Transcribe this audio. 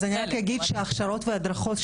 אני רק אגיד שהכשרות והדרכות,